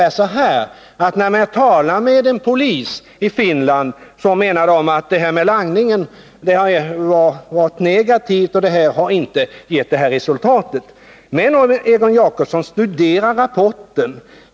Han sade ungefär så här: När man talar med poliser i Finland menar de att detta med langningen har varit negativt, och lördagsstängningen har inte givit så här goda resultat. Men, Egon Jacobsson, studera rapporten!